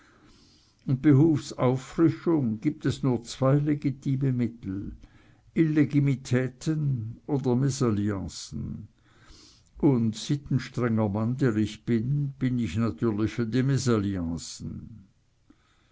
und behufs auffrischung gibt es nur zwei legitime mittel illegitimitäten oder mesalliancen und sittenstrenger mann der ich bin bin ich natürlich für